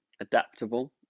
adaptable